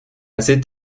cet